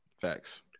Facts